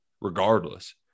regardless